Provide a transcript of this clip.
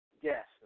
Yes